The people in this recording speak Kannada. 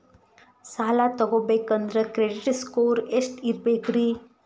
ಸಾಲ ತಗೋಬೇಕಂದ್ರ ಕ್ರೆಡಿಟ್ ಸ್ಕೋರ್ ಎಷ್ಟ ಇರಬೇಕ್ರಿ?